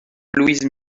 louise